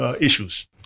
issues